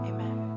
Amen